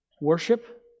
worship